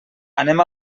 anem